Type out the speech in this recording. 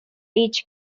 each